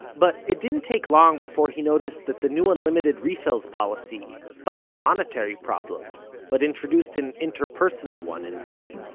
but it didn't take long before he noticed that the new unlimited refills policy solved the monetary problem but introduced an interpersonal one instead.